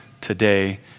today